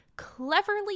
cleverly